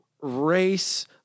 Race